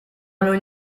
non